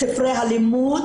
בספרי הלימוד,